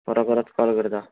परत परत कॉल करता